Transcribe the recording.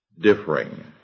differing